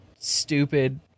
Stupid